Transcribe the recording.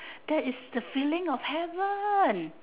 that is the feeling of heaven